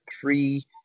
three